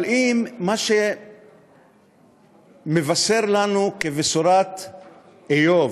אבל אם מה שמבשר לנו כרגע כבשורת איוב